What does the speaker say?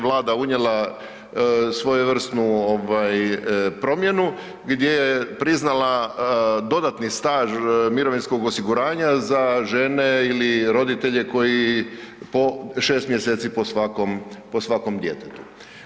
Vlada unjela svojevrsnu ovaj promjenu gdje je priznala dodatni staž mirovinskog osiguranja za žene ili roditelje koji, po 6 mjeseci po svakom, po svakom djetetu.